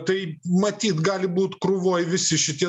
tai matyt gali būt krūvoje visi šitie